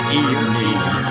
evening